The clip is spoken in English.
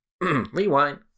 Rewind